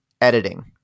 editing